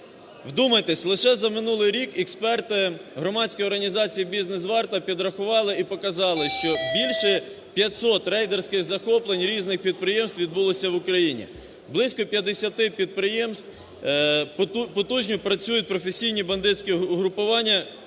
Вдумайтесь, лише за минулий рік експерти громадської організації "Бізнес-Варта" підрахували і показали, що більше 500 рейдерських захоплень різних підприємств відбулося в Україні. Близько 50 підприємств, потужно працюють професійні бандитські угрупування, які